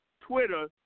Twitter